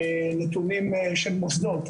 נתונים של מוסדות,